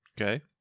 Okay